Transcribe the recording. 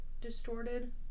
distorted